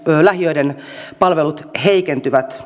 lähiöiden palvelut heikentyvät